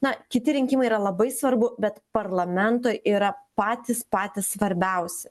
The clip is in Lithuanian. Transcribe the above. na kiti rinkimai yra labai svarbu bet parlamentui yra patys patys svarbiausi